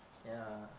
ya